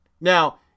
Now